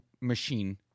machine